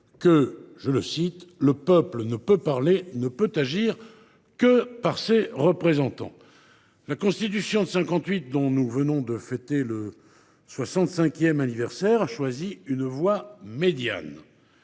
que « le peuple ne peut parler, ne peut agir, que par ses représentants ». La Constitution de 1958, dont nous venons de fêter le soixante cinquième anniversaire, a choisi une voie médiane